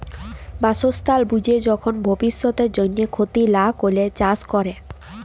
বাসস্থাল বুঝে যখল ভব্যিষতের জন্হে ক্ষতি লা ক্যরে চাস ক্যরা